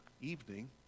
evening